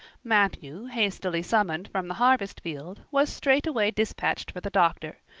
matthew, hastily summoned from the harvest field, was straightway dispatched for the doctor,